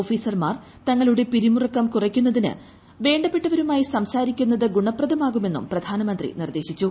ഓഫീസർമാർ തങ്ങളുടെ പിരിമുറുക്കം കുറയ്ക്കുന്നതിന് തങ്ങളുടെ വേണ്ടപ്പെട്ടവരുമായി സംസാരിക്കുന്നത് ഗുണപ്രദമാകുമെന്നും പ്രധാനമന്ത്രി നിർദേശിച്ചു